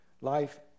Life